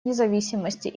независимости